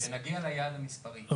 שנייה, הפיילוט לא נוגע רק למספר הפועלים,